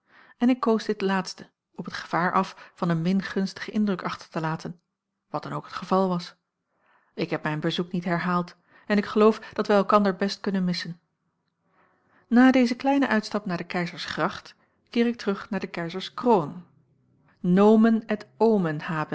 en ik koos dit laatste op t gevaar af van een min gunstigen indruk achter te laten wat dan ook het geval was ik heb mijn bezoek niet herhaald en ik geloof dat wij elkander best kunnen missen na dezen kleinen uitstap naar de keizersgracht keer ik terug naar de keizerskroon nomen et omen